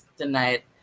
tonight